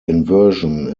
inversion